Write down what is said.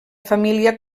família